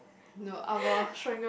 no I will